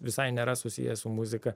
visai nėra susiję su muzika